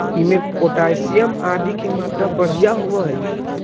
इमें पोटाशियम आदि के मात्रा बढ़िया होवऽ हई